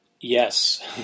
Yes